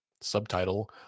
subtitle